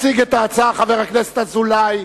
יציג את ההצעה חבר הכנסת דוד אזולאי,